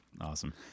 Awesome